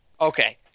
Okay